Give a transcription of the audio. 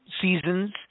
seasons